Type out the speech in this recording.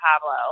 Pablo